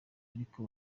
ariko